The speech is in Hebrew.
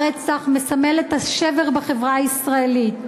הרצח מסמל את השבר בחברה הישראלית.